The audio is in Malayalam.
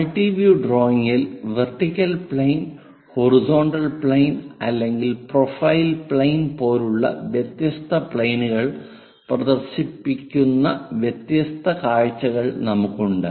മൾട്ടി വ്യൂ ഡ്രോയിംഗിൽ വെർട്ടിക്കൽ പ്ലെയിൻ ഹൊറിസോണ്ടൽ പ്ലെയിൻ അല്ലെങ്കിൽ പ്രൊഫൈൽ പ്ലെയിൻ പോലുള്ള വ്യത്യസ്ത പ്ലെയിനുകൾ പ്രദർശിപ്പിക്കുന്ന വ്യത്യസ്ത കാഴ്ചകൾ നമുക്ക് ഉണ്ട്